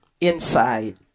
inside